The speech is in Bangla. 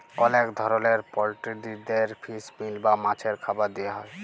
অলেক ধরলের পলটিরিদের ফিস মিল বা মাছের খাবার দিয়া হ্যয়